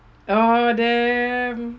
oh damn